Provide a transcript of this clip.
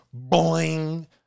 boing